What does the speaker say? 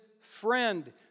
friend